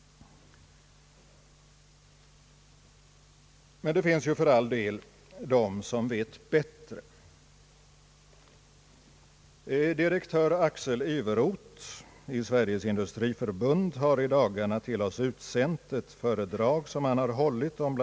Det finns dock de som vet bättre. Direktör Axel Iveroth i Sveriges industriförbund har i dagarna till oss utsänt ett föredrag som han har hållit.